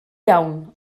iawn